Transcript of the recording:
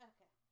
Okay